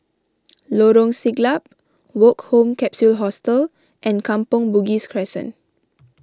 Lorong Siglap Woke Home Capsule Hostel and Kampong Bugis Crescent